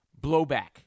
blowback